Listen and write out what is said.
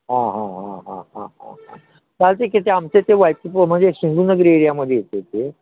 हां हां हां हां हां हां हां चालत आहे की ते आमच्या इथे वाय पीत म्हणजे सिंधूनगरी एरियामध्ये येत आहे ते